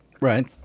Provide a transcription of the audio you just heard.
Right